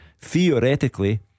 Theoretically